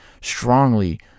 strongly